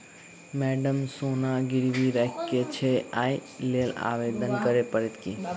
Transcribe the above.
Madam सोना गिरबी राखि केँ छैय ओई लेल आवेदन करै परतै की?